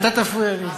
מיקי, אתה תפריע לי?